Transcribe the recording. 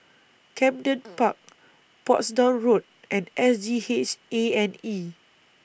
Camden Park Portsdown Road and S G H A and E